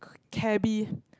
c~ cabby